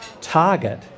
target